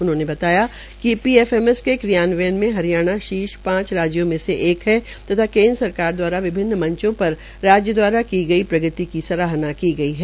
उन्होंने बताया कि पीएफएमएस के कार्यान्वयन में हरियाणा शीर्ष पांच राज्यों में से एक है तथा केन्द्र सरकार द्वारा विभिन्न मंचों पर राज्य दवारा की गई प्रगति की सराहना की गई है